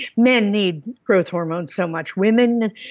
men need growth hormones so much. women,